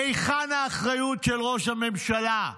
היכן האחריות של ראש הממשלה?